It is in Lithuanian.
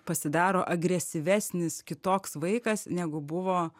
pasidaro agresyvesnis kitoks vaikas negu buvo